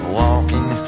walking